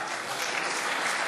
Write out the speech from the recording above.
המדינה